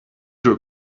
door